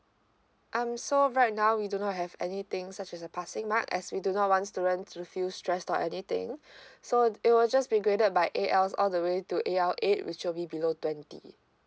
um so right now we do not have anything such as a passing mark as we do not want student to feel stressed or anything so it will just be graded by A_L all the way to A_L eight which will be below twenty